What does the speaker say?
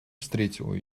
встретил